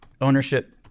ownership